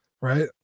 right